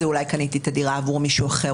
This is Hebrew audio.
שאולי קניתי את הדירה עבור מישהו אחר,